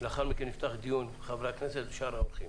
לאחר מכן נפתח דיון עם חברי הכנסת ושאר האורחים.